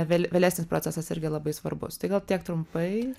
vėle vėlesnis procesas irgi labai svarbus tai gal tiek trumpai